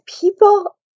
people